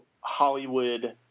Hollywood